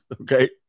Okay